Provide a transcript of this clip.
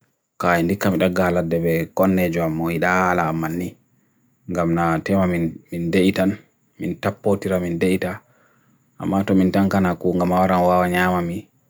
kain di kama daga ala debi konej wa moida ala mani nga mna tema mndi itan, mndi tapo tira mndi ita ama to mndi itankana kunga maora wa wanyamami